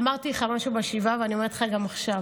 אמרתי לך משהו בשבעה, ואני אומרת לך גם עכשיו.